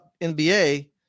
NBA